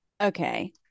Okay